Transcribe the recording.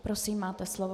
Prosím, máte slovo.